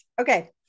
Okay